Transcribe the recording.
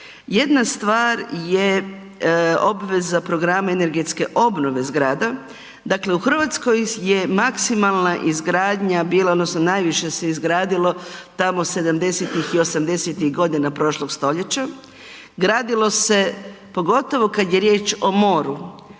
Jedna stvar je obveza programa energetske obnove zgrada. Dakle u Hrvatskoj je maksimalna izgradnja bila, odnosno najviše se izgradilo tamo '70.-tih i '80.-tih godina prošlog stoljeća, gradilo se pogotovo kada je riječ o moru,